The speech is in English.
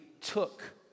took